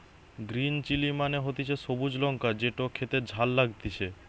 green chili মানে হতিছে সবুজ লঙ্কা যেটো খেতে ঝাল লাগতিছে